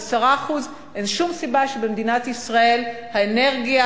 10%; אין שום סיבה שבמדינת ישראל האנרגיה